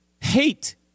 hate